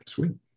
Sweet